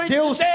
Deus